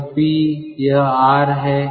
यह P यह R है